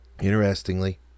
Interestingly